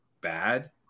bad